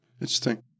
interesting